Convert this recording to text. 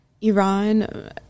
Iran